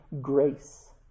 grace